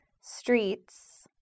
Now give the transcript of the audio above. streets